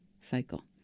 cycle